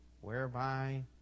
whereby